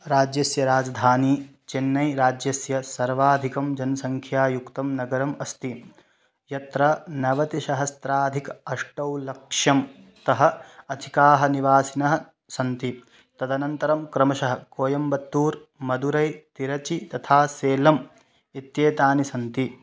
राज्यस्य राजधानी चेन्नै राज्यस्य सर्वाधिकं जनसङ्ख्यायुक्तं नगरम् अस्ति यत्र नवतिसहस्त्राधिकम् अष्टलक्ष्यं तः अधिकाः निवासिनः सन्ति तदनन्तरं क्रमशः कोयम्बत्तूर् मदुरै तिरचि तथा सेल्लम् इत्येतानि सन्ति